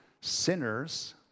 sinners